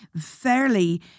fairly